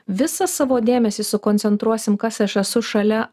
visą savo dėmesį sukoncentruosim kas esu šalia